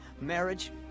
Marriage